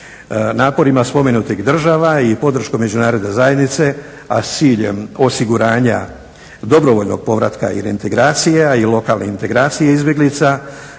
Naporima spomenutih država i podrškom Međunarodne zajednice, a s ciljem osiguranja dobrovoljnog povratka i reintegracije, a i lokalne integracije izbjeglica,